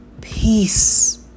peace